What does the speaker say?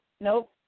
nope